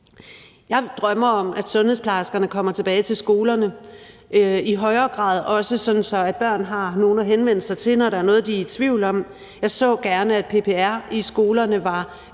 Jeg drømmer om, at sundhedsplejerskerne kommer tilbage til skolerne i højere grad, også sådan at børn har nogen at henvende sig til, når der er noget, de er i tvivl om. Jeg så gerne, at PPR i skolerne var